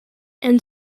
and